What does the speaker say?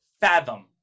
fathom